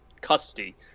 custody